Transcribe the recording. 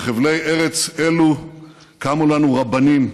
בחבלי ארץ אלו קמו לנו רבנים,